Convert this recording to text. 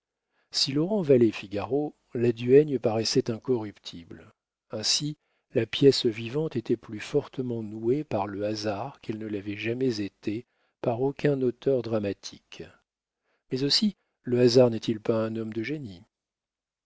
si laurent valait figaro la duègne paraissait incorruptible ainsi la pièce vivante était plus fortement nouée par le hasard qu'elle ne l'avait jamais été par aucun auteur dramatique mais aussi le hasard n'est-il pas un homme de génie